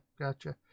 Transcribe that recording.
Gotcha